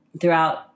throughout